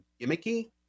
gimmicky